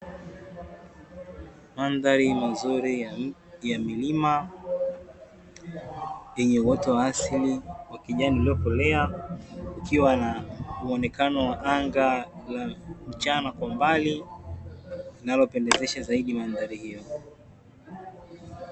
Mandhari nzuri ya milima yenye uoto wa asili wa kijani iliyokolea ikiwa na muonekano wa anga la mchana kwa mbali, linalopendezesha zaidi mandhari hiyo.